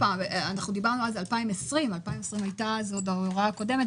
דיברנו על 2020, והייתה אז ההוראה הקודמת.